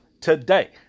today